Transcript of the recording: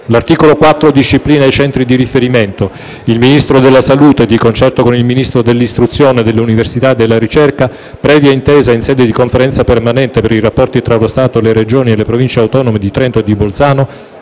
Art. 4. **Approvato** *(Centri di riferimento)* 1. Il Ministro della salute, di concerto con il Ministro dell'istruzione, dell'università e della ricerca, previa intesa in sede di Conferenza permanente per i rapporti tra lo Stato, le regioni e le province autonome di Trento e di Bolzano,